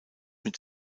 mit